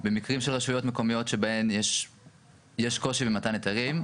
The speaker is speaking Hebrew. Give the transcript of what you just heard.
במקרים של רשויות מקומיות שבהן יש קושי במתן היתרים,